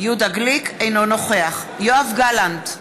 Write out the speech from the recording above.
אינו נוכח יואב גלנט,